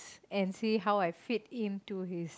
and see how I fit in to his